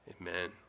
Amen